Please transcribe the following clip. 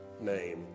name